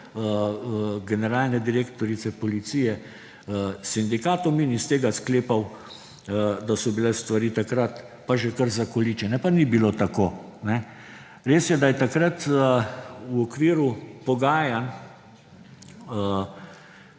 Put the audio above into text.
generalne direktorica policije sindikatom in iz tega sklepal, da so bili stvari takrat že kar zakoličene. Pa ni bilo tako. Res je, da je takrat v okviru pogajanj